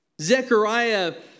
Zechariah